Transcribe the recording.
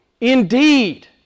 Indeed